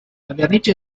vernice